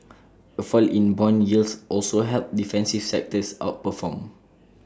A fall in Bond yields also helped defensive sectors outperform